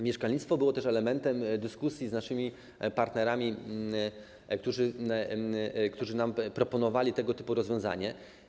Mieszkalnictwo było też elementem dyskusji z naszymi partnerami, którzy proponowali nam tego typu rozwiązanie.